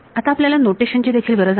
आता आपल्याला नोटेशन ची देखील गरज आहे